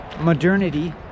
modernity